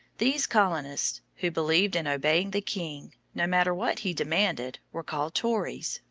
these colonists who believed in obeying the king, no matter what he demanded, were called tories,